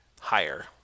Higher